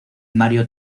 mario